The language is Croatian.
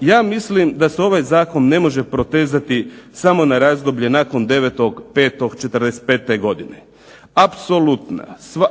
Ja mislim da se ovaj zakon ne može protezati samo na razdoblje nakon 9.5. '45. godine.